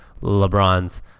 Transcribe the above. LeBron's